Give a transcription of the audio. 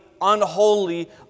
unholy